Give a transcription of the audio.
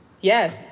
Yes